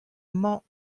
mañ